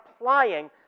applying